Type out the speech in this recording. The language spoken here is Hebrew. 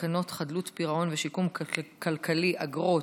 תקנות חדלות פירעון ושיקום כלכלי (אגרות),